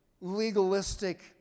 legalistic